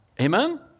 Amen